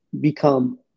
become